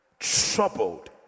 troubled